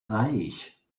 reich